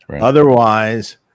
Otherwise –